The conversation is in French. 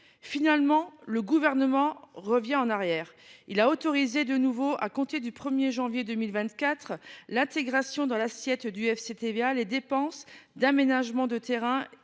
Finalement, le Gouvernement est revenu en arrière. Il a autorisé de nouveau, à compter du 1 janvier 2024, l’intégration dans l’assiette du FCTVA des dépenses d’aménagement de terrains